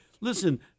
Listen